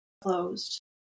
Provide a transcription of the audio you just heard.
closed